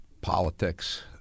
politics